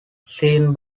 seen